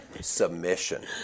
submission